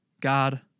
God